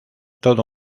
todo